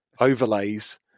overlays